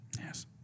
Yes